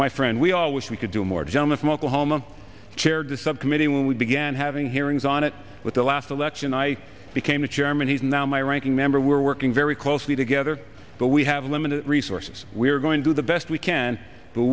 my friend we all wish we could do more gentlemen from oklahoma chaired the subcommittee when we began having hearings on it with the last election i became the chairman he's now my ranking member we're working very closely together but we have limited resources we're going to do the best we can